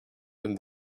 and